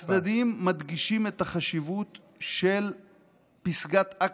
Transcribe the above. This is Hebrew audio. הצדדים מדגישים את החשיבות של פסגת עקבה,